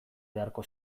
beharko